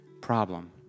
Problem